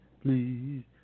please